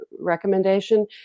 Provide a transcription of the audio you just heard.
recommendation